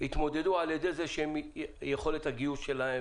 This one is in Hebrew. יתמודדו על ידי יכולת הגיוס שלהן,